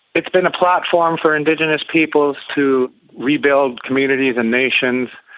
it's been a platform for indigenous peoples to rebuild communities and nations,